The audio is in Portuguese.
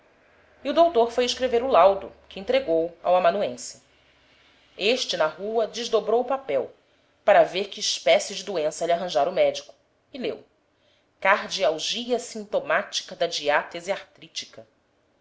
e o doutor foi escrever o laudo que entregou ao amanuense este na rua desdobrou o papel para ver que espécie de doença lhe arranjara o médico e leu cardialgia sintomática da diátese artrítica